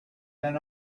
been